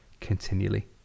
continually